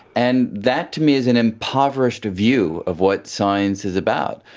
and that to me is an impoverished view of what science is about.